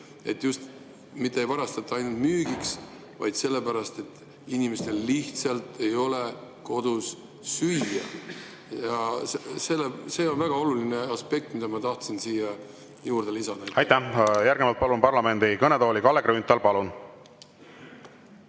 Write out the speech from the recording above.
et mitte ei varastata ainult müügiks, vaid ka sellepärast, et inimestel lihtsalt ei ole kodus süüa. See on väga oluline aspekt, mida ma tahtsin siia juurde lisada. Aitäh! Järgnevalt palun parlamendi kõnetooli Kalle Grünthali. Palun!